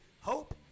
hope